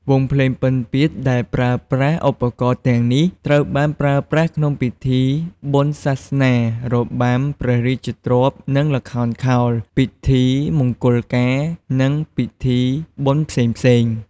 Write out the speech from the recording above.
វង់ភ្លេងពិណពាទ្យដែលប្រើប្រាស់ឧបករណ៍ទាំងនេះ ត្រូវបានប្រើប្រាស់ក្នុងពិធីបុណ្យសាសនា របាំព្រះរាជទ្រព្យនិងល្ខោនខោល ពិធីមង្គលការ និងពិធីបុណ្យផ្សេងៗ។